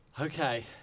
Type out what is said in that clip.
Okay